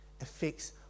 affects